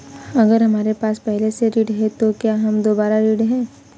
अगर हमारे पास पहले से ऋण है तो क्या हम दोबारा ऋण हैं?